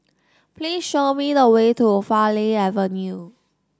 please show me the way to Farleigh Avenue